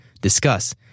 discuss